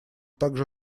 также